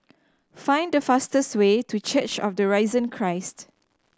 find the fastest way to Church of the Risen Christ